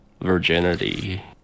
virginity